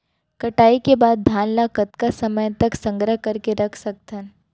कटाई के बाद धान ला कतका समय तक संग्रह करके रख सकथन?